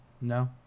No